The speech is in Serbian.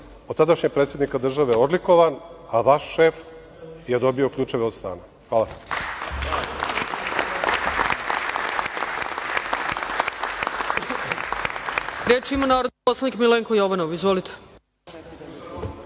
od tadašnjeg predsednika države odlikovan, a vaš šef je dobio ključeve od stana. Hvala.